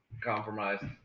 Compromised